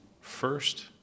first